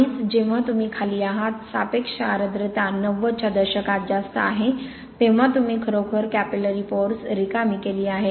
आधीच जेव्हा तुम्ही खाली आहात सापेक्ष आर्द्रता 90 च्या दशकात जास्त आहे तेव्हा तुम्ही खरोखर कॅपिलॅरी पोअर्स capillary pores रिकामी केली आहेत